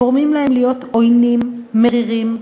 גורמות להם להיות עוינים, מרירים,